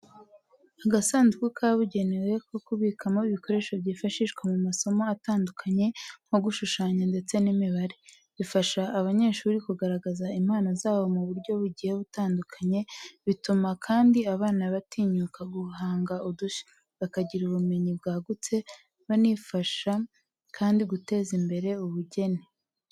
Agasanduku kabugenewe ko kubikamo ibikoresho byifashishwa mu masomo atandukanye nko gushushanya ndetse n'imibare. Bifasha abanyeshuri kugaragaza impano zabo mu buryo bugiye butandukanye, bituma kandi abana batinyuka guhanga udushya, bakagira ubumenyi bwagutse, binabafasha kandi guteza imbere ubugeni.